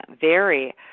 vary